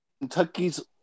Kentucky's